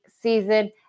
season